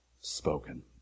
spoken